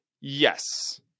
yes